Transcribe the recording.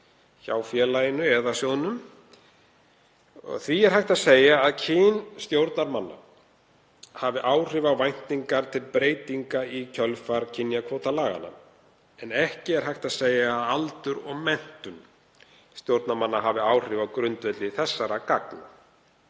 hjá félaginu eða sjóðnum. Því er hægt að segja að kyn stjórnarmanna hafi áhrif á væntingar til breytinga í kjölfar kynjakvótalaganna en ekki er hægt að segja að aldur og menntun stjórnarmanna hafi áhrif á grundvelli þessara gagna.